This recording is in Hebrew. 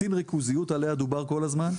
תקטין ריכוזיות עליה דובר כל הזמן,